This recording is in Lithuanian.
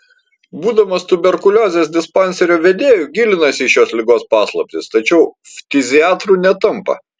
būdamas tuberkuliozės dispanserio vedėju gilinasi į šios ligos paslaptis tačiau ftiziatru netampa